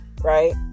right